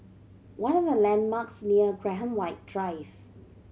what are the landmarks near Graham White Drive